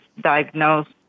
diagnosed